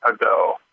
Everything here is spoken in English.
ago